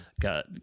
got